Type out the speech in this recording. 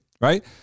right